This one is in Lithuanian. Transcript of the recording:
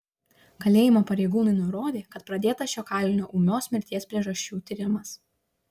kalėjimo pareigūnai nurodė kad pradėtas šio kalinio ūmios mirties priežasčių tyrimas